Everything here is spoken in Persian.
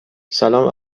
سلام